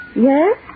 Yes